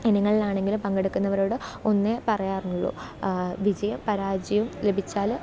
മറ്റ് ഇനങ്ങളിലാണെങ്കിലും പങ്കെടുക്കുന്നവരോട് ഒന്നേ പറയാനുള്ളു വിജയും പരാജയവും ലഭിച്ചാല്